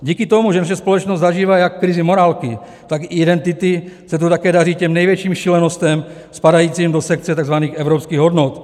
Díky tomu, že naše společnost zažívá jak krizi morálky, tak i identity, se tu také daří těm největším šílenostem spadajícím do sekce takzvaných evropských hodnot.